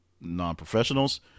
non-professionals